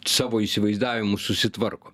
savo įsivaizdavimu susitvarko